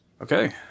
Okay